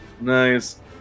Nice